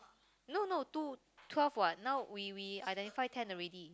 no no two twelve what now we we identify ten already